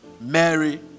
Mary